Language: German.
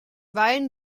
weilen